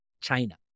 China